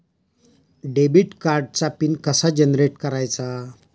Debit कार्डचा PIN कसा generate करायचा?